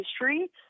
history